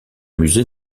musée